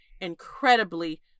incredibly